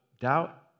doubt